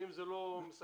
שאם זה לא מסכן,